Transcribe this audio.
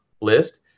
list